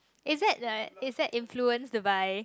is that like is that influence by